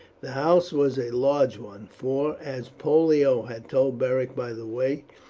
the house was a large one for, as pollio had told beric by the way,